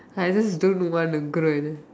I just don't want a girl